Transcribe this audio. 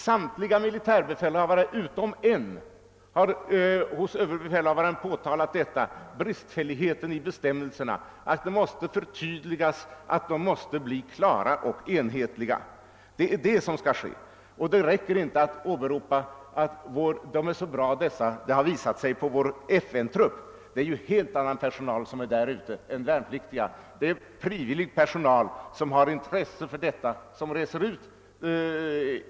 Samtliga militärbefälhavare utom en har hos ÖB påtalat bristfälligheten i bestämmelserna, att dessa måste förtydligas, bli klara och enhetliga. Det är det som skall ske, och det räcker inte att åberopa vår FN-trupp som exempel på hur bra bestämmelserna är. Där har man ju helt annan personal än värnpliktiga i allmänhet. Det är frivillig personal som har intresse för sin uppgift.